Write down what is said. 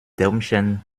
däumchen